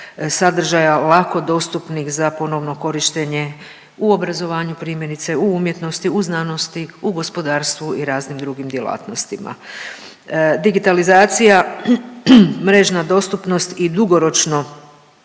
sadržaja, lako dostupnih za ponovno korištenje u obrazovanju primjerice, u umjetnosti, u znanosti, u gospodarstvu i raznim drugim djelatnostima. Digitalizacija, mrežna dostupnost i dugoročno